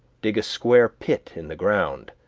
dig a square pit in the ground,